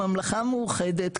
הממלכה המאוחדת,